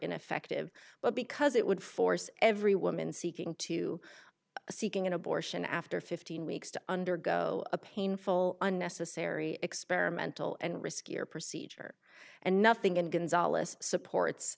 ineffective but because it would force every woman seeking to seeking an abortion after fifteen weeks to undergo a painful unnecessary experimental and riskier procedure and nothing